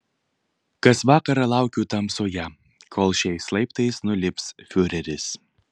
kas vakarą laukiu tamsoje kol šiais laiptais nulips fiureris